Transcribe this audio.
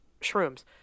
shrooms